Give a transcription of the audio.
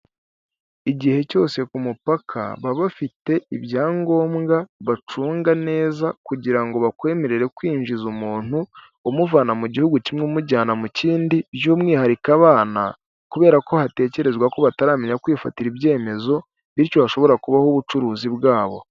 Igihe cyose ku mupaka, baba bafite ibyangombwa bacunga neza kugira ngo bakwemerere kwinjiza umuntu, umuvana mu gihugu kimwe umujyana mu kindi by'umwihariko abana, kubera ko hatekerezwa ko bataramenya kwifatira ibyemezo, bityo hashobora kubaho ubucuruzi bwabo.